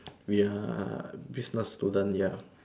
we are business student ya